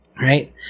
right